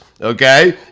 okay